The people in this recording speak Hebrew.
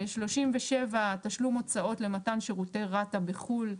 37, תשלום הוצאות למתן שירותי רת"א בחו"ל.